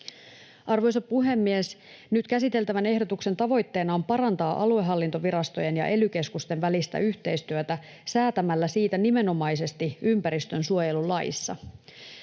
Arvoisa puhemies! Nyt käsiteltävän ehdotuksen tavoitteena on parantaa aluehallintovirastojen ja ely-keskusten välistä yhteistyötä säätämällä siitä nimenomaisesti ympäristönsuojelulaissa.